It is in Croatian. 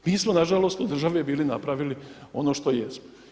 Mi smo nažalost od države bili napravili ono što jesmo.